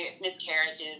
miscarriages